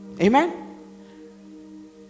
Amen